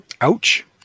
Ouch